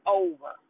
over